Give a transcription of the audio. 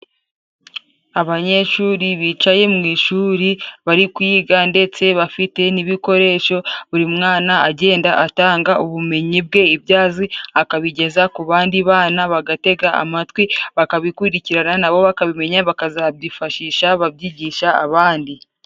Abanyeshuri bicaye mu ishuri bari kwiga, ndetse bafite n'ibikoresho, buri mwana agenda atanga ubumenyi bwe ibyo azi akabigeza ku bandi bana, bagatega amatwi bakabikurikirana, nabo bakabimenya bakazabyifashisha babyigisha abandi.